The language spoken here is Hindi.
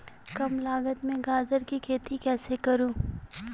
कम लागत में गाजर की खेती कैसे करूँ?